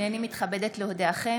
הינני מתכבדת להודיעכם,